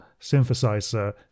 synthesizer